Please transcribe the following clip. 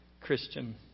Christian